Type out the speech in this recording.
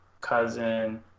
cousin